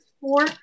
four